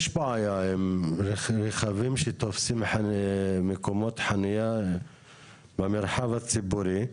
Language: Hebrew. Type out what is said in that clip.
יש בעיה עם רכבים שתופסים מקומות חניה במרחב הציבורי.